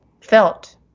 felt